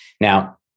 Now